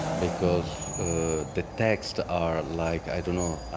because the texts are like, i don't know,